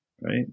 right